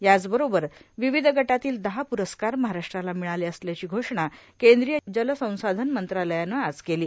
याचबरोबर विविध गटातील दहा प्रस्कार महाराष्ट्राला मिळाले असल्याची घोषण केंद्रीय जलसंसाधन मंत्रालयानं आज केली आहे